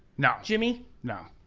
no. jimmy? no.